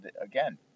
again